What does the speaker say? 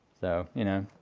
so, you know,